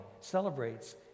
celebrates